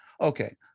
okay